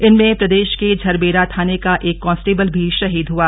इनमें प्रदेश के झरबेरा थाने का एक कॉन्स्टेबल भी शहीद हुआ